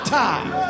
time